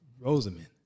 Rosamond